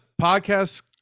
podcast